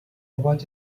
what